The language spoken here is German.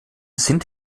sind